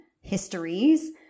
histories